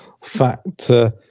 factor